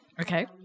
Okay